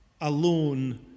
alone